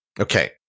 Okay